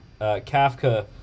Kafka